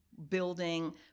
building